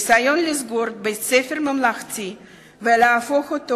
ניסיון לסגור בית-ספר ממלכתי ולהפוך אותו